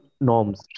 norms